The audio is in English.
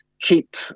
keep